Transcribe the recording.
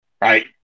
Right